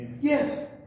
yes